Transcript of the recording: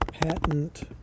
patent